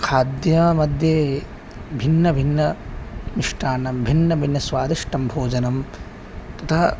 खाद्यमध्ये भिन्नभिन्नमिष्टान्नं भिन्नभिन्नस्वादिष्टं भोजनं तथा